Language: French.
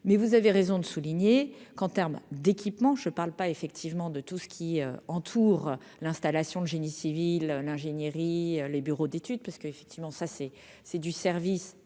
mais vous avez raison de souligner qu'en terme d'équipements, je parle pas effectivement de tout ce qui entoure l'installation de génie civil, l'ingénierie, les bureaux d'étude parce que effectivement ça c'est c'est du service